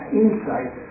insight